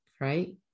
right